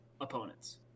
opponents